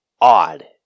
odd